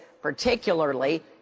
particularly